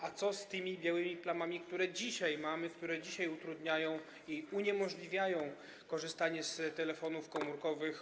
A co z tymi białymi plamami, które dzisiaj mamy, które dzisiaj utrudniają i uniemożliwiają obywatelom korzystanie z telefonów komórkowych?